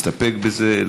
להסתפק בזה?